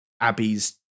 Abby's